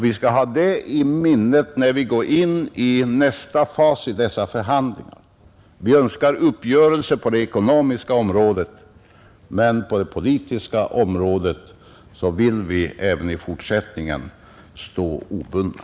Vi skall ha det i minnet när vi går in i nästa fas i dessa förhandlingar. Vi önskar uppgörelse på det ekonomiska området, men på det politiska området vill vi även i fortsättningen stå obundna,